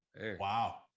Wow